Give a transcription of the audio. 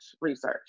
research